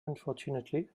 unfortunately